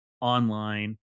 online